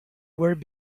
work